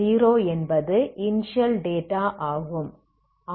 t0 என்பது initial data ஆகும்